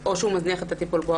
או שהוא מזניח את הטיפול או ההשגחה",